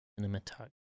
cinematography